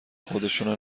خودشونو